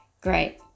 great